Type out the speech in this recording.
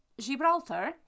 Gibraltar